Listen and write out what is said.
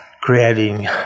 creating